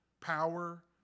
Power